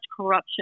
corruption